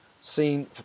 seen